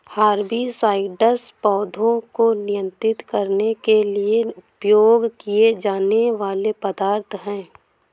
herbicides पौधों को नियंत्रित करने के लिए उपयोग किए जाने वाले पदार्थ हैं